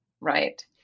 right